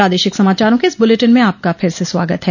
प्रादेशिक समाचारों के इस बुलेटिन में आपका फिर से स्वागत है